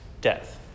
death